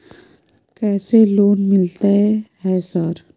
कैसे लोन मिलते है सर?